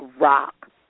rock